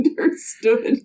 understood